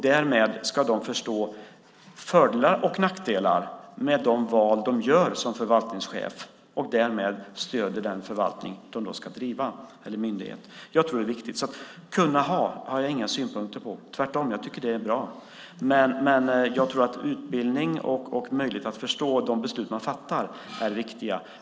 Därmed ska de förstå fördelar och nackdelar med de val de gör som förvaltningschef och på så sätt stödja den förvaltning eller myndighet som de ska driva. Jag tror att det är viktigt. Att kunna ha har jag inga synpunkter på, tvärtom tycker jag att det är bra. Men jag tror att utbildning och möjlighet att förstå de beslut man fattar är viktiga.